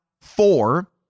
four